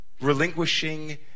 Relinquishing